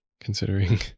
considering